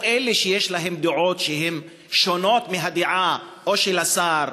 או אלה שיש להם דעות שונות מהדעה או של השר